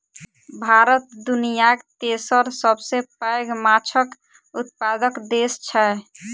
भारत दुनियाक तेसर सबसे पैघ माछक उत्पादक देस छै